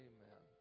Amen